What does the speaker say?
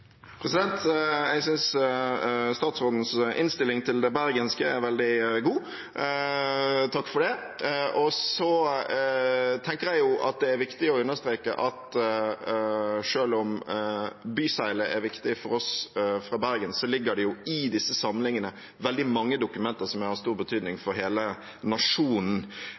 Jeg synes statsrådens innstilling til det bergenske er veldig god. Jeg takker for det! Så tenker jeg at det er viktig å understreke at selv om byseglet er viktig for oss fra Bergen, så ligger det jo i disse samlingene veldig mange dokumenter som har stor betydning for hele nasjonen.